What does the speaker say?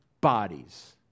Bodies